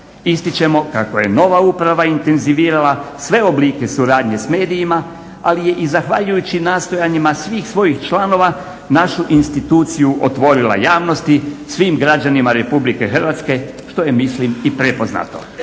Ističemo kako je nova uprava intenzivirala sve oblike suradnje s medijima, ali je i zahvaljujući nastojanjima svih svojih članova našu instituciju otvorila javnosti, svim građanima RH što je mislim i prepoznato.